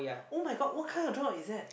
[oh]-my-god what kind of job is that